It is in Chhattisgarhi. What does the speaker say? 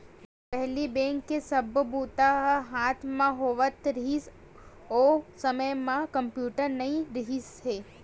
पहिली बेंक के सब्बो बूता ह हाथ म होवत रिहिस, ओ समे म कम्प्यूटर नइ रिहिस हे